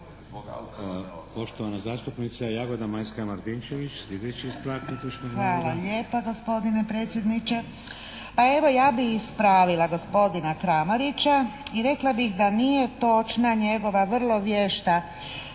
ispravak netočnog navoda. **Martinčević, Jagoda Majska (HDZ)** Hvala lijepa gospodine predsjedniče. Pa evo ja bih ispravila gospodina Kramarića i rekla bih da nije točna njegova vrlo vješta